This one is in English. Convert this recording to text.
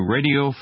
Radio